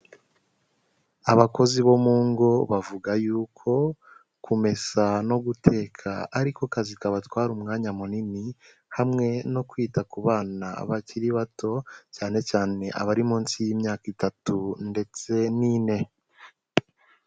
Abakozi bo mu ngo, bavuga yuko kumesa no guteka ariko kazi kabatwara umwanya munini hamwe no kwita ku bana bakiri bato, cyane cyane abari munsi y'imyaka itatu ndetse n'ine.